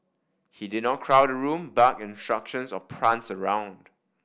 he did not crowd a room bark instructions or prance around